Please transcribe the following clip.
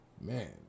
Man